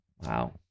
Wow